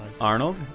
Arnold